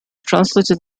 translated